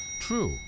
True